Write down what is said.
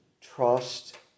trust